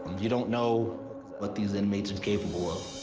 you don't know what these inmates are capable of.